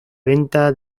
venta